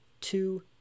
two